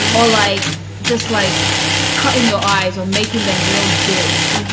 or like just like cutting your eyes or making them real big